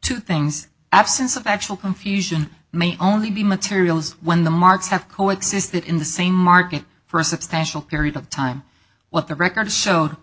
two things absence of actual confusion may only be materials when the marks have co existed in the same market for a substantial period of time what the record showed was